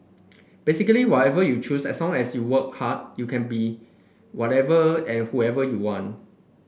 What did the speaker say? basically whatever you choose as long as you work hard you can be whatever and whoever you want